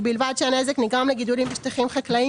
ובלבד שהנזק נגרם לגידולים בשטחים חקלאיים